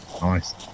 Nice